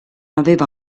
avevo